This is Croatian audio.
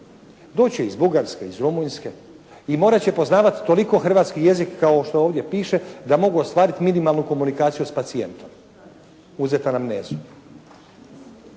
će iz Bugarske, iz Rumunjske i morati će poznavati toliko hrvatski jezik kao što ovdje piše, da mogu ostvariti minimalnu komunikaciju sa pacijentom, uzet anamnezu.